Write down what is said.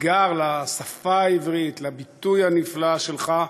אתגר לשפה העברית, לביטוי הנפלא שלך.